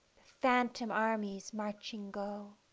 phantom armies marching go!